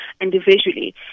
individually